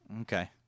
Okay